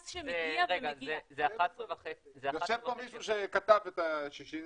יושב פה מישהו שכתב את ששינסקי,